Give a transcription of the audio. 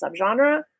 subgenre